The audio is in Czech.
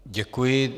Děkuji.